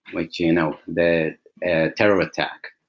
which you know the ah terror attack.